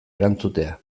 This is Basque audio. erantzutea